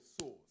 source